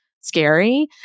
scary